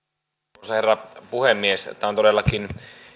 arvoisa herra puhemies tämä on todellakin